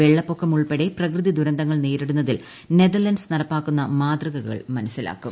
വെള്ളപ്പൊക്കം ഉൾപ്പെടെ പ്രകൃതിദുരന്തങ്ങൾ നേരിടുന്നതിൽ നെതർലൻഡ്സ് നടപ്പാക്കുന്ന മാതൃകകൾ മനസ്സിലാക്കും